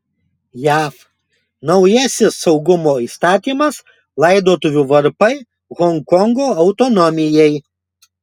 jav naujasis saugumo įstatymas laidotuvių varpai honkongo autonomijai